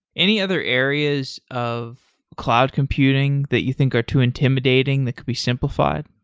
any other areas of cloud computing that you think are too intimidating that could be simplified